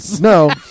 No